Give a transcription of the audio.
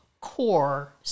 core